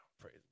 praise